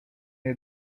jej